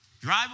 Drive